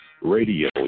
radio